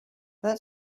that